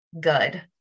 good